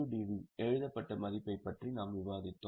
WDV எழுதப்பட்ட மதிப்பைப் பற்றி நாம் விவாதித்தோம்